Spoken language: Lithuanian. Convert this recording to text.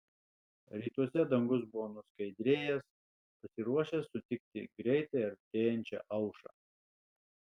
rytuose dangus buvo nuskaidrėjęs pasiruošęs sutikti greitai artėjančią aušrą